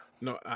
No